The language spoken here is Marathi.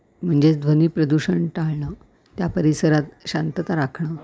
म्हणजेच ध्वनी प्रदूषण टाळणं त्या परिसरात शांतता राखणं